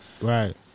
Right